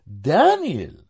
Daniel